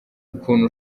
ukuntu